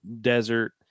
desert